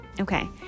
okay